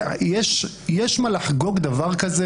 יש מה לחגוג דבר כזה?